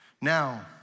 Now